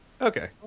Okay